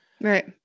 Right